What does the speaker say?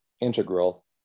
integral